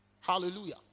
hallelujah